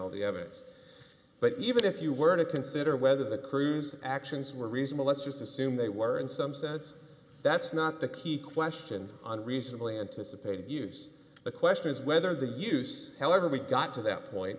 evidence but even if you were to consider whether the cruise actions were reasonable let's just assume they were in some sense that's not the key question on reasonably anticipated use the question is whether the use however we got to that point